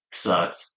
sucks